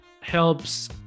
helps